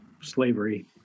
slavery